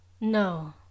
No